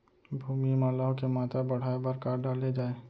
भूमि मा लौह के मात्रा बढ़ाये बर का डाले जाये?